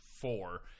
four